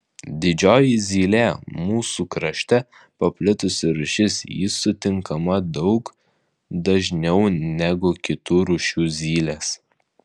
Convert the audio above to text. didžioji zylė mūsų krašte paplitusi rūšis ji sutinkama daug dažniau negu kitų rūšių zylės